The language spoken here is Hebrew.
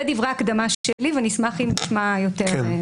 אלה דברי ההקדמה שלי ואני אשמח אם נשמע מהגורמים.